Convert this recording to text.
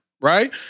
Right